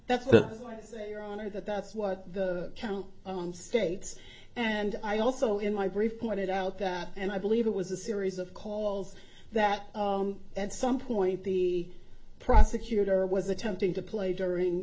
honor that that's what count on states and i also in my brief pointed out that and i believe it was a series of calls that at some point the prosecutor was attempting to play during